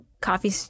coffee